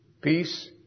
peace